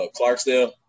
Clarksdale